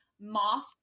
Moth